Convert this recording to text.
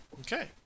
Okay